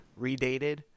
Redated